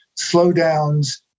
slowdowns